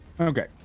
okay